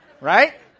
right